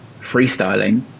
freestyling